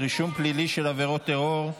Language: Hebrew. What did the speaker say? רישום פלילי של עבירות טרור),